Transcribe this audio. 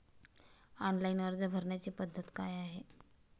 Online अर्ज भरण्याची पद्धत काय आहे?